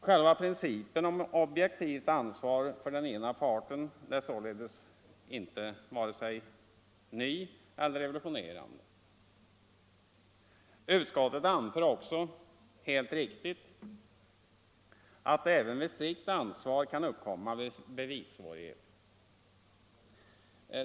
Själva principen om objektivt ansvar för den ena parten är således inte vare sig ny eller revolutionerande. Utskottet anför också, helt riktigt, att det även vid strikt ansvar kan uppkomma bevissvårigheter.